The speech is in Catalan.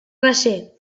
recer